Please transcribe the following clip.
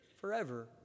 Forever